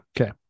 Okay